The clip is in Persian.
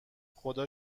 خدا